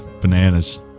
Bananas